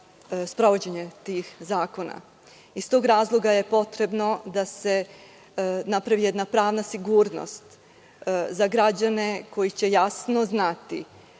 sprovođenje tih zakona. Iz tog razloga je potrebno da se napravi jedna pravna sigurnost za građane koji će jasno znati